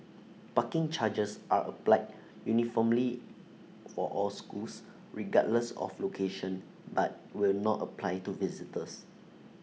parking charges are applied uniformly for all schools regardless of location but will not apply to visitors